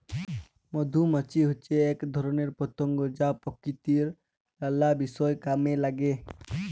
মধুমাছি হচ্যে এক ধরণের পতঙ্গ যা প্রকৃতির লালা বিষয় কামে লাগে